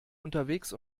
unterwegs